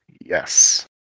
Yes